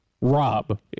rob